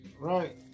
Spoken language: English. right